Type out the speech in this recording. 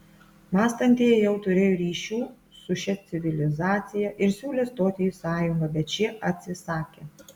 mąstantieji jau turėjo ryšių su šia civilizacija ir siūlė stoti į sąjungą bet šie atsisakė